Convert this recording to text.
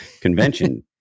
Convention